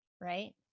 right